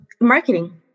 marketing